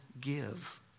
give